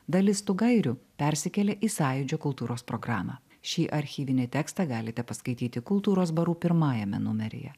dalis tų gairių persikėlė į sąjūdžio kultūros programą šį archyvinį tekstą galite paskaityti kultūros barų pirmajame numeryje